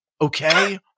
Okay